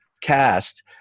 cast